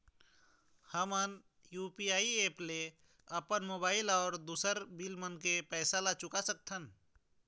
हमन UPI app ले अपन मोबाइल अऊ दूसर बिल मन के पैसा ला चुका सकथन